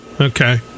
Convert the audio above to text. Okay